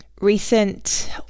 recent